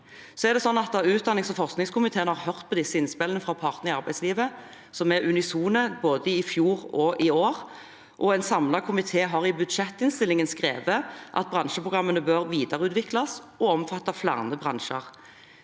Utdannings- og forskningskomiteen har hørt på disse innspillene fra partene i arbeidslivet, som er unisone både i fjor og i år, og en samlet komité har i budsjettinnstillingen skrevet at bransjeprogrammene bør videreutvikles og omfatte flere bransjer.